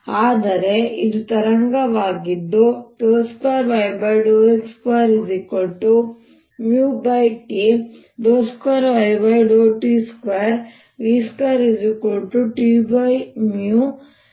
ಆದರೆ ಇದು ತರಂಗವಾಗಿದ್ದು ಇದನ್ನು 2yx2T2yt2v2Tಗೆ ಸಮಾನವಾಗಿರುತ್ತದೆ